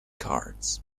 cards